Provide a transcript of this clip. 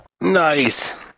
Nice